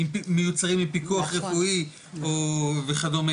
מיוצרים עם פיקוח רפואי וכדומה.